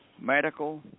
medical